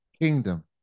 kingdom